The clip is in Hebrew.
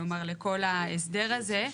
כלומר לכל ההסדר הזה,